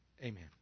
Amen